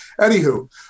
anywho